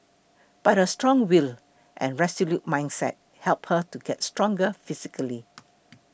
but a strong will and resolute mindset helped her to get stronger physically